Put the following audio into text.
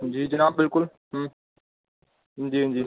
जी जनाब बिल्कुल हांजी हांजी